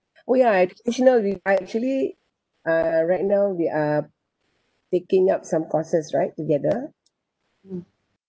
oh ya actually I'll be I actually uh right now we are taking up some courses right together